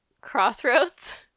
Crossroads